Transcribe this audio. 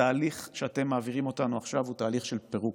התהליך שאתם מעבירים אותנו עכשיו הוא תהליך של פירוק,